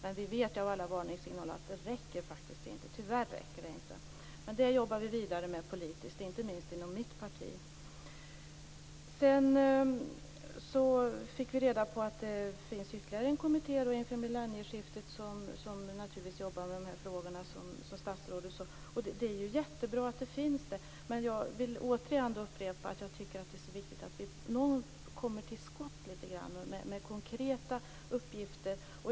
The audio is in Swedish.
Vi vet dock av alla varningssignaler att det faktiskt inte räcker. Tyvärr räcker det inte. Men detta jobbar vi vidare med politiskt, inte minst inom mitt parti. Sedan fick vi reda på att det finns ytterligare en kommitté inför millennieskiftet som jobbar med de här frågorna. Det är ju jättebra att detta finns, men jag vill återigen upprepa att jag tycker att det är viktigt att vi kommer till skott med konkreta uppgifter.